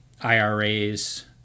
IRAs